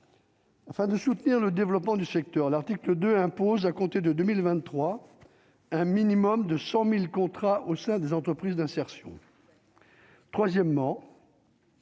Afin de soutenir le développement du secteur, l'article 2 impose à compter de 2023 un minimum de 100000 contrats au sein des entreprises d'insertion.